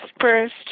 first